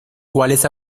cuales